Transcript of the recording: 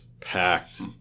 packed